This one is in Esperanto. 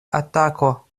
atako